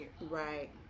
right